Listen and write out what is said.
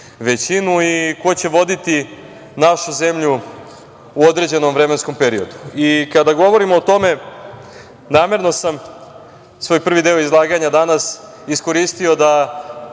većinu i ko će voditi našu zemlju u određenom vremenskom periodu i kada govorimo o tome, namerno sam svoj prvi deo izlaganja danas iskoristio da